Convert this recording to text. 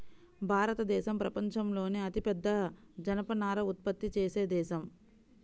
భారతదేశం ప్రపంచంలోనే అతిపెద్ద జనపనార ఉత్పత్తి చేసే దేశం